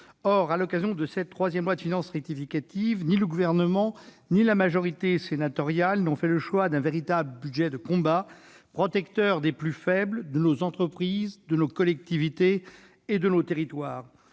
Or, à l'occasion de ce troisième projet de loi de finances rectificative, ni le Gouvernement ni la majorité sénatoriale n'ont fait le choix d'un véritable « budget de combat », protecteur des plus faibles, de nos entreprises, de nos collectivités et de nos territoires.